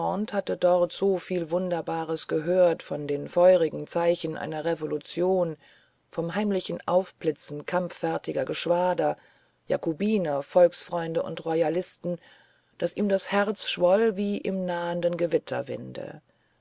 hatte dort so viel wunderbares gehört von den feurigen zeichen einer revolution vom heimlichen aufblitzen kampffertiger geschwader jakobiner volksfreunde und royalisten daß ihm das herz schwoll wie im nahenden